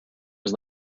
was